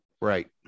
Right